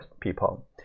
People